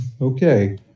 okay